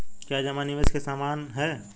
क्या जमा निवेश के समान है?